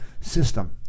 system